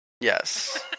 Yes